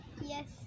Yes